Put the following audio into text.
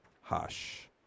hush